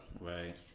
Right